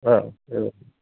हा एवम्